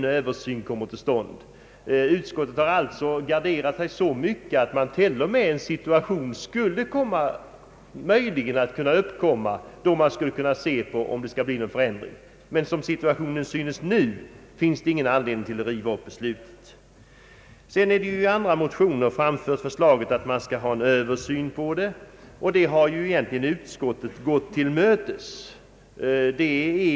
Utskottet har alltså garderat sig så mycket att man, om en viss situation skulle uppkomma, då kan granska frågan. Som situationen är nu synes det inte finnas anledning att riva upp beslutet. I andra motioner har förslag framförts om en Översyn, och detta har utskottet egentligen tillmötesgått.